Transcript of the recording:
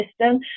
system